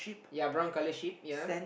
yea brown colour sheep yea